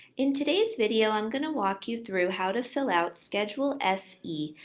in today's video, i'm going to walk you through how to fill out schedule se,